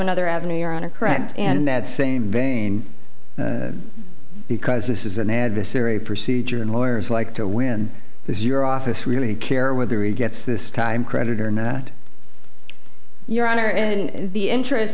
another avenue you're on a correct and that same vein because this is an adversary procedure and lawyers like to win this your office really care whether he gets this time creditor or not your honor and the interest